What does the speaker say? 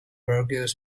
bourgeois